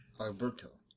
Alberto